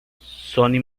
sony